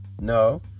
No